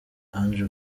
andrew